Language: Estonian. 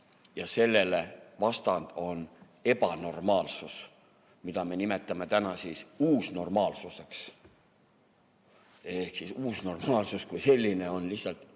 ja selle vastanud on ebanormaalsus, mida meie nimetame täna siis uusnormaalsuseks. Ehk siis uusnormaalsus kui selline on lihtsalt